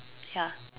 ya